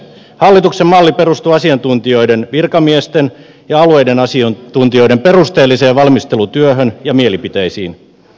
hallituksen malli perustuu asiantuntijoiden virkamiesten ja alueiden asiantuntijoiden perusteelliseen valmistelutyöhön ja mielipiteisiin